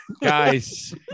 Guys